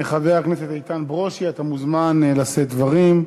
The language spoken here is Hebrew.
חבר הכנסת איתן ברושי, אתה מוזמן לשאת דברים.